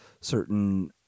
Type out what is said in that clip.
certain